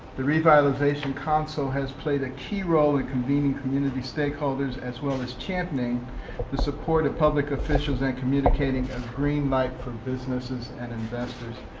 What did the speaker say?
the revitalization council has played a key role in convening community stakeholders as well as championing the support of public officials and communicating a green light for businesses and investors.